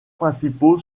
principaux